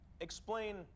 Explain